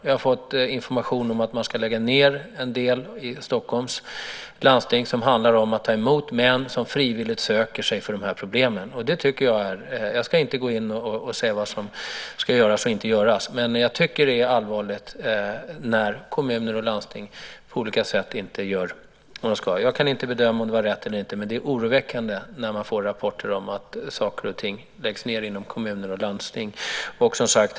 Jag har fått information om att Stockholms läns landsting ska lägga ned en del som handlar om att ta emot män som frivilligt söker för de här problemen. Jag ska inte gå in och säga vad som ska göras och inte göras, men jag tycker att det är allvarligt när kommuner och landsting på olika sätt inte gör vad de ska. Jag kan inte bedöma om detta var rätt eller inte, men det är oroväckande när man får rapporter om att saker och ting läggs ned inom kommuner och landsting.